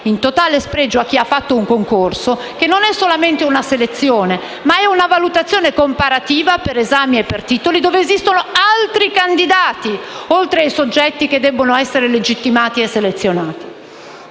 in totale spregio a chi ha fatto un concorso, che non è solamente una selezione, ma una valutazione comparativa per esami e per titoli, dove esistono altri candidati oltre ai soggetti che devono essere legittimati e selezionati.